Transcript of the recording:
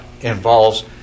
involves